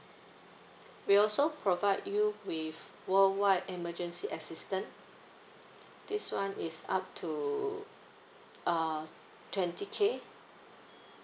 we also provide you with worldwide emergency assistant this [one] is up to uh twenty K